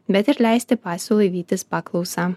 bet ir leisti pasiūlai vytis paklausą